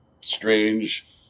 strange